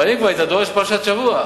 אבל אם כבר, היית דורש בפרשת השבוע.